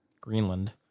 Greenland